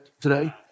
today